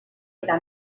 eta